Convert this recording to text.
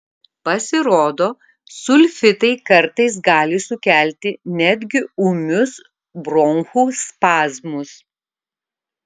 pasirodo sulfitai kartais gali sukelti netgi ūmius bronchų spazmus